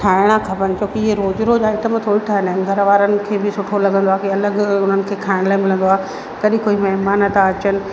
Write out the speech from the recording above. ठाहिणा खपनि छोकी इहे रोज़ु रोज़ु आइटम थोरी ठहंदा इन घर वारनि खे बि सुठो लॻंदो आहे की अलॻि उन्हनि खे खाइण लाइ मिलंदो आहे कॾहिं कोई महिमान था अचनि